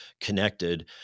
connected